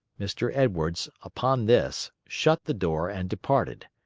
mr. edwards, upon this, shut the door and departed.